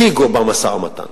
הציגו במשא-ומתן,